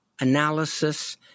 analysis